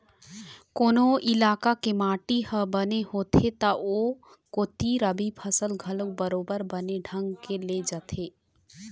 कोनो इलाका के माटी ह बने होथे त ओ कोती रबि फसल घलोक बरोबर बने ढंग के ले जाथे